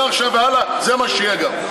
מעכשיו והלאה זה מה שיהיה גם.